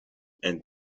and